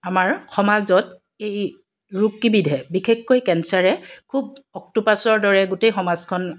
আমাৰ সমাজত এই ৰোগকেইবিধে বিশেষকৈ কেঞ্চাৰে খুব অক্টোপাছৰ দৰে গোটেই সমাজখন